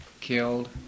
killed